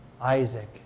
Isaac